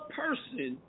person